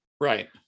Right